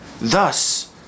thus